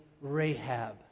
Rahab